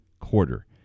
quarter